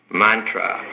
mantra